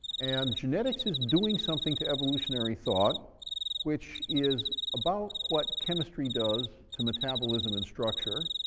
and genetics is doing something to evolutionary thought which is about what chemistry does to metabolism and structure,